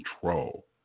control